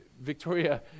Victoria